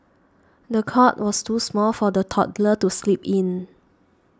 the cot was too small for the toddler to sleep in